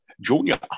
junior